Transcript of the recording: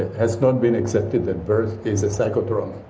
has not been accepted that birth is a psycho. but um